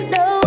no